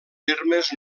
termes